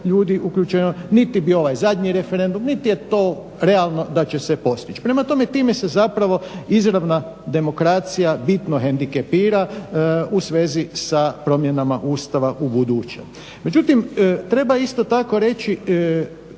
ljudi uključeno, niti je bio ovaj zadnji referendum, niti je to realno da će se postići. Prema tome, time se zapravo izravna demokracija bitno hendikepira u svezi sa promjenama Ustava u buduće. Međutim, treba isto tako reći